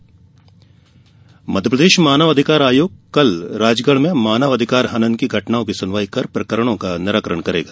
मानव अधिकार आयोग मध्यप्रदेश मानव अधिकार आयोग कल राजगढ में मानवाधिकार हनन की घटनाओं की सुनवाई कर प्रकरणों के निराकरण करेगा